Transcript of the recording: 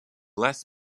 less